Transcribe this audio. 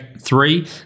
three